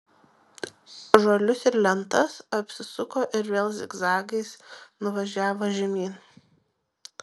žuolius ir lentas apsisuko ir vėl zigzagais nuvažiavo žemyn